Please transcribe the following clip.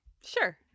Sure